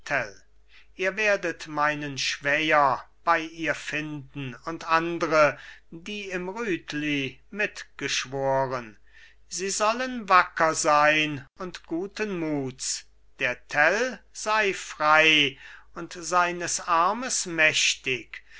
ihr werdet meinen schwäher bei ihr finden und andre die im rütli mit geschworen sie sollen wacker sein und guten muts der tell sei frei und seines armes mächtig